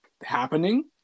happening